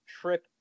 Trip